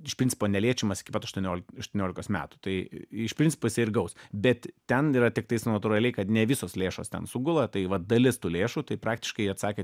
iš principo neliečiamas iki pat aštuonioli aštuoniolikos metų tai iš principo jisai ir gaus bet ten yra tiktais natūraliai kad ne visos lėšos ten sugula tai vat dalis tų lėšų tai praktiškai atsakėt